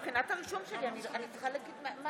אז קודם כול אני רוצה להגיב על